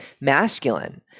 masculine